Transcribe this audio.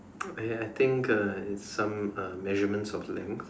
!aiya! I think uh it's some uh measurement of length